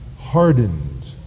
hardened